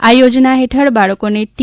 આ યોજના હેઠળ બાળકોને ટી